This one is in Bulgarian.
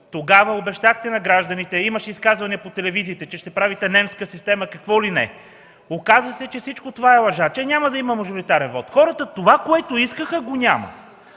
тогава обещахте на гражданите – имаше изказвания по телевизиите, че ще правите немска система и какво ли не, оказа се, че всичко това е лъжа, че няма да има мажоритарен вот. Това, което искаха хората,